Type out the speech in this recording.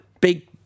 big